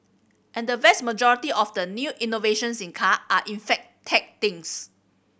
and the vast majority of the new innovations in car are in fact tech things